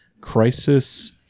Crisis